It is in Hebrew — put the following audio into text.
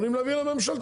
יכולים להביא לממשלתי,